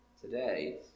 today